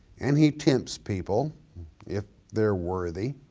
and he tempts people if they're worthy,